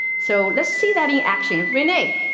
so let's see that in action. renee,